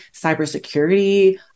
cybersecurity